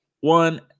one